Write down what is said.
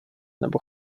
nebo